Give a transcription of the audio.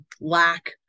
lack